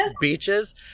Beaches